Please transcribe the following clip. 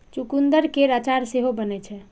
चुकंदर केर अचार सेहो बनै छै